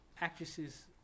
actresses